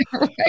Right